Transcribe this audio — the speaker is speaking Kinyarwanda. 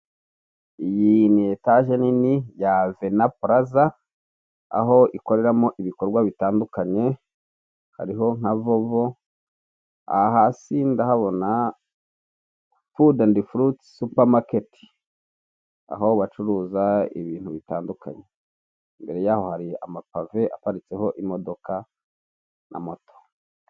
Urupapuro rwanditseho amabara agiye atandukanye, harimo ubururu, umuhondo, icyatsi rwo rurasa umweru, amagambo yanditse mu ibara ry'umukara n'ubururu, bikaba byanditse mu rurimi rw'icyongereza.